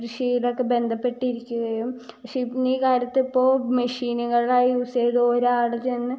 കൃഷിയിലൊക്കെ ബന്ധപെട്ടിരിക്കുകയും പക്ഷെ ഇന്ന് ഈ കാലത്തിപ്പോൾ മെഷീനുകളായി യൂസ് ചെയ്ത് ഒരാൾ ചെന്ന്